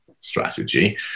strategy